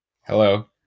hello